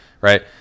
Right